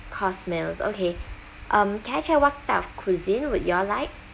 course meals okay um can I check what type of cuisine would you all like